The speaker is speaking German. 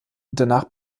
danach